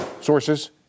sources